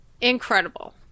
incredible